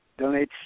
donates